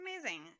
amazing